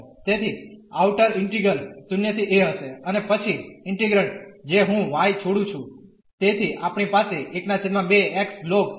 તેથી outer integral 0 ¿a હશે અને પછી ઇન્ટીગ્રન્ડ જે હું y છોડું છું